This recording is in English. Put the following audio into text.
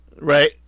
Right